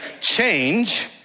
change